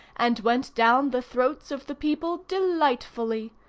and went down the throats of the people delightfully.